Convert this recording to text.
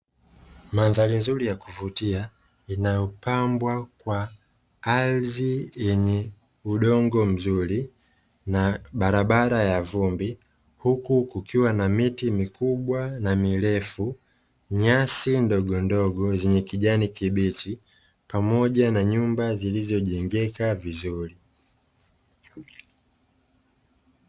Mandhari nzuri ya kuvutia inayopambwa kwa ardhi yenye udongo mzuri na barabara ya vumbi. Huku kukiwa na miti mikubwa na mirefu , nyasi ndogondogo zenye kijani kibichi pamoja na nyumba zilizojengeka vizuri.